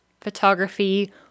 photography